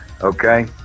okay